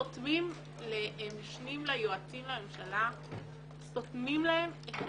סותמים למשנים ליועץ המשפטי לממשלה את הפה.